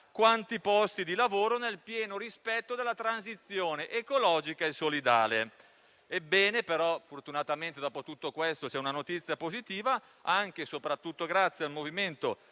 quanti posti di lavoro, nel pieno rispetto della transizione ecologica e solidale. Fortunatamente, dopo tutto questo, c'è una notizia positiva. Anche e soprattutto grazie al MoVimento